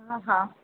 हा हा